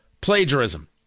plagiarism